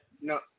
No